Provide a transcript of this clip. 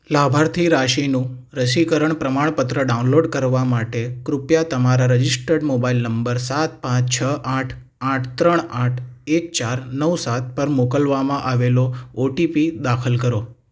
લાભાર્થી રાશીનું રસીકરણ પ્રમાણપત્ર ડાઉનલોડ કરવા માટે કૃપયા તમારા રજિસ્ટર્ડ મોબાઈલ નંબર સાત પાંચ છ આઠ આઠ ત્રણ આઠ એક ચાર નવ સાત પર મોકલવામાં આવેલો ઓટીપી દાખલ કરો